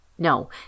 No